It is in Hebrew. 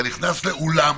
אתה נכנס לאולם